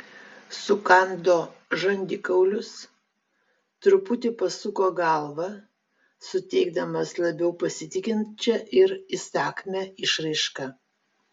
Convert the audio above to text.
sukando žandikaulius truputį pasuko galvą suteikdamas labiau pasitikinčią ir įsakmią išraišką